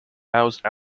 housed